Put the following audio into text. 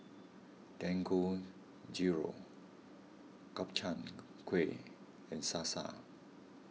Dangojiru Gobchang Gui and Salsa